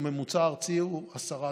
והממוצע הארצי הוא 11-10